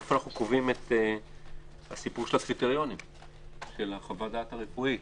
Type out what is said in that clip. איפה אנחנו קובעים את הסיפור של הקריטריונים של חוות הדעת הרפואית